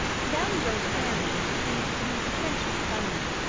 valley road prayer-meetings seemed to be essentially feminine.